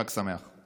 חג שמח.